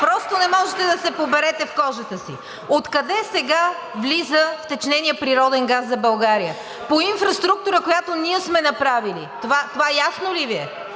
Просто не можете да се поберете в кожата си! Откъде сега влиза втечненият природен газ за България? По инфраструктура, която ние сме направили. Това ясно ли Ви е?!